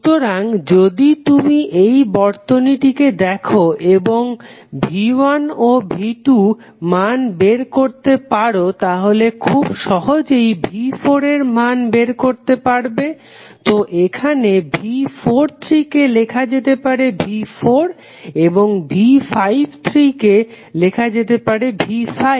সুতরাং যদি তুমি এই বর্তনীটিকে দেখো এবং V1 ও V2 মান বের করতে পারো তাহলে খুব সহজেই V4 এর মান বের করতে পারবে তো এখানে V43 কে লেখা যেতে পারে V4 এবং V53 কে লেখা যেতে পারে V5